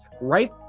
right